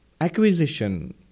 acquisition